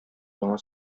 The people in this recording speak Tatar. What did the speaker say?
яңа